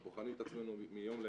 אנחנו בוחנים את עצמנו מיום ליום.